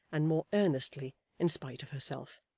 and more earnestly, in spite of herself,